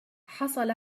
حصل